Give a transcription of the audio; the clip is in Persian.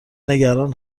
نگران